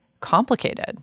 complicated